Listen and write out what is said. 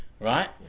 Right